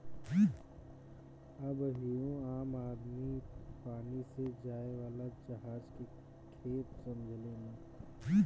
अबहियो आम आदमी पानी से जाए वाला जहाज के खेप समझेलेन